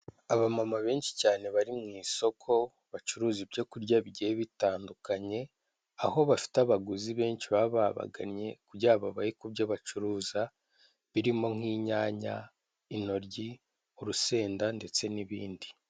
Abamama benshi cyane bari mu isoko bacuruza ibyo kurya bigiye bitandukanye, aho bafite abaguzi benshi baba babagannye kugira babahe ku byo bacuruza birimo nk'inyanya, intoryi, urusenda ndetse n'ibindi.